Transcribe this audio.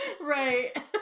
Right